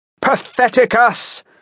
Patheticus